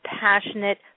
passionate